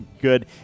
good